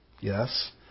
Yes